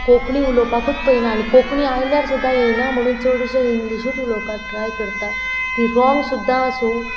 कोंकणी उलोवपाकूच पयना आनी कोंकणी आयल्यार सुद्दां येयना म्हणून चडशें इंग्लीशूत उलोवपाक ट्राय करता ती रोंग सुद्दां आसूं